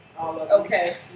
Okay